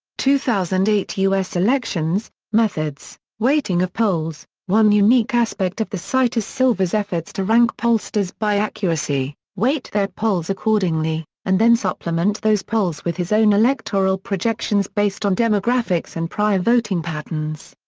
two thousand and eight u s. elections methods weighting of polls one unique aspect of the site is silver's efforts to rank pollsters by accuracy weight their polls accordingly, and then supplement those polls with his own electoral projections based on demographics and prior voting patterns.